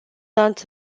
not